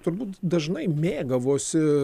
turbūt dažnai mėgavosi